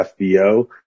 FBO